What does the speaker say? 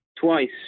Twice